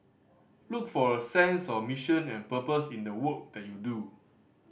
look for a sense of mission and purpose in the work that you do